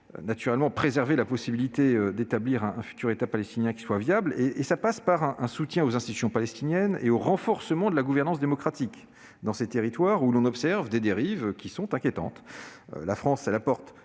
naturellement préserver la possibilité d'établir un futur État palestinien qui soit viable. Cela passe par un soutien aux institutions palestiniennes et un renforcement de la gouvernance démocratique dans ces territoires, où l'on observe des dérives inquiétantes. La France, comme